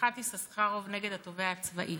בהלכת יששכרוב נגד התובע הצבאי,